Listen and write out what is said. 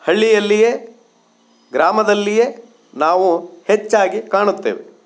ಹಳ್ಳಿಯಲ್ಲಿಯೇ ಗ್ರಾಮದಲ್ಲಿಯೇ ನಾವು ಹೆಚ್ಚಾಗಿ ಕಾಣುತ್ತೇವೆ